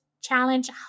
challenge